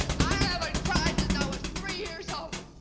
i haven't cried since i was three years old,